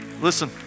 listen